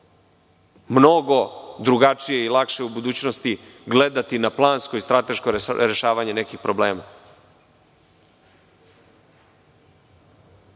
mnogo drugačije i lakše u budućnosti gledati na plansko i strateško rešavanje nekih problema.